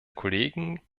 kollegen